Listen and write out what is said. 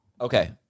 Okay